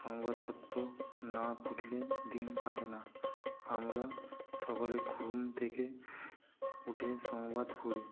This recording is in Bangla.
সংবাদপত্র না পড়লে দিন কাটে না আমরা সকলে ঘুম থেকে উঠে সংবাদ পড়ি